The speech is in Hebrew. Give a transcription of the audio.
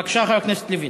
בבקשה, חבר הכנסת לוין.